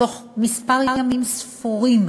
בתוך ימים ספורים.